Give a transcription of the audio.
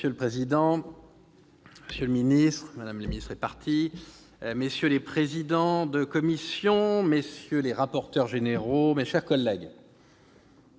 Merci